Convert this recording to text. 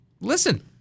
listen